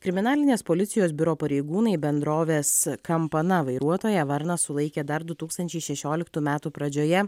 kriminalinės policijos biuro pareigūnai bendrovės kampana vairuotoją varną sulaikė dar du tūkstančiai šešioliktų metų pradžioje